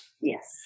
Yes